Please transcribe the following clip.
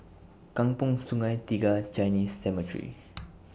Kampong Sungai Tiga Chinese Cemetery